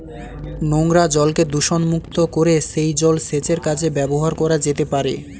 নোংরা জলকে দূষণমুক্ত করে সেই জল সেচের কাজে ব্যবহার করা যেতে পারে